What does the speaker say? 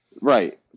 right